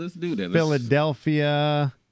Philadelphia